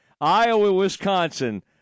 Iowa-Wisconsin